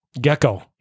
Gecko